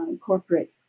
corporate